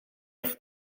eich